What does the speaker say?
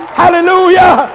hallelujah